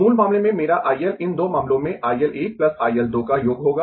मूल मामले में मेरा I L इन दो मामलों I L 1 I L 2 का योग होगा